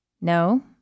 No